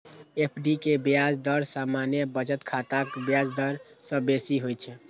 FD के ब्याज दर सामान्य बचत खाताक ब्याज दर सं बेसी होइ छै